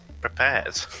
prepared